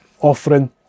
offering